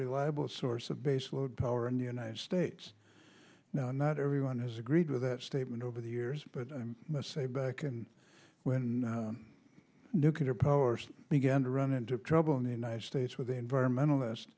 reliable source of baseload power in the united states now not everyone has agreed with that statement over the years but i must say back and when nuclear power began to run into trouble in the united states with environmentalist